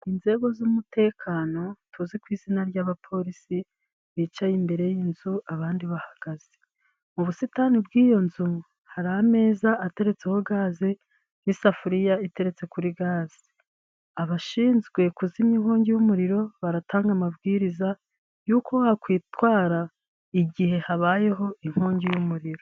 Inzego z'umutekano tuzi ko izina ry'abapolisi, bicaye imbere y'inzu abandi bahagaze. Mu busitani bw'iyo nzu, hari ameza ateretseho gaze n'isafuriya iteretse kuri gaze abashinzwe kuzimya inkongi y'umuriro, baratanga amabwiriza y'uko bakwitwara igihe habayeho inkongi y'umuriro.